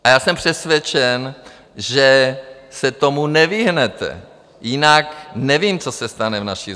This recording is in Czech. A já jsem přesvědčen, že se tomu nevyhnete, jinak nevím, co se stane v naší zemi.